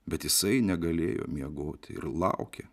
bet jisai negalėjo miegoti ir laukė